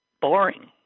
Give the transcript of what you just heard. boring